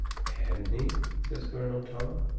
hadn't he? says colonel tom,